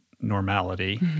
normality